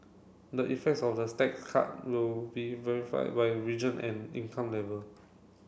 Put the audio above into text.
the effects of the cut will be verified by region and income level